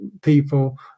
people